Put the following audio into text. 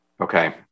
Okay